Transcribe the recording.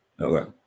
Okay